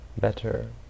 better